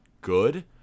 good